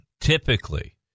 typically